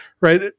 right